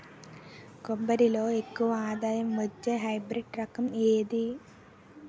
కొబ్బరి లో ఎక్కువ ఆదాయం వచ్చే హైబ్రిడ్ రకం ఏది?